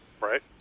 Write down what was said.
Right